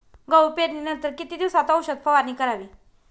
गहू पेरणीनंतर किती दिवसात औषध फवारणी करावी?